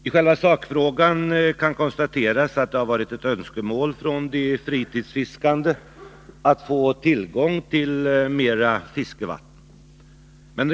I själva sakfrågan kan konstateras att det varit ett önskemål från de fritidsfiskande att få tillgång till mera fiskevatten.